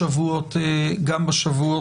כולל בשבועות האחרונים.